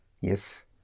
Yes